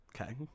okay